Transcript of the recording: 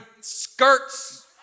skirts